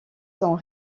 sont